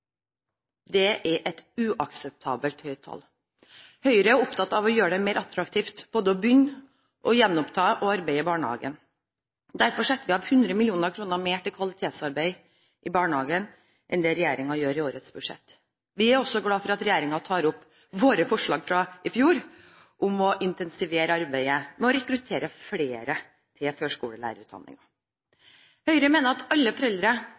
Det er et uakseptabelt høyt tall. Høyre er opptatt av å gjøre det mer attraktivt både å begynne og å gjenoppta å arbeide i barnehagen. Derfor setter vi av 100 mill. kr mer til kvalitetsarbeid i barnehagen enn det regjeringen gjør i årets budsjett. Vi er også glade for at regjeringen tar opp våre forslag fra i fjor, om å intensivere arbeidet med å rekruttere flere til førskolelærerutdanningen. Høyre mener at alle foreldre